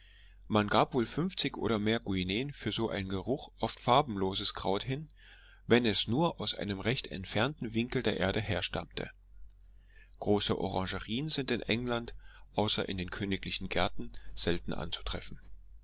man gab wohl fünfzig und mehr guineen für so ein geruch oft farbenloses kraut hin wenn es nur aus einem recht entfernten winkel der erde herstammte große orangerien sind in england außer in den königlichen gärten selten anzutreffen